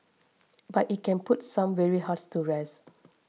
but it can put some weary hearts to rest